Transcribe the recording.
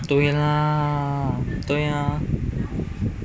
对啦对啊